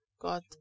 God